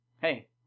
Hey